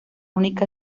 única